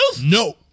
No